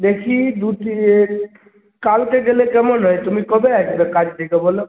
দেখি দু দিনে কালকে গেলে কেমন হয় তুমি কবে আসবে কাজ থেকে বলো